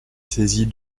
saisie